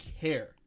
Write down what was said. care